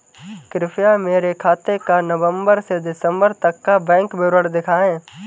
कृपया मेरे खाते का नवम्बर से दिसम्बर तक का बैंक विवरण दिखाएं?